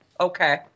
okay